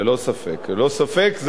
ללא ספק, ללא ספק.